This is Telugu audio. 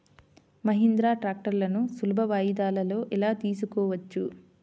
మహీంద్రా ట్రాక్టర్లను సులభ వాయిదాలలో ఎలా తీసుకోవచ్చు?